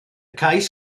cais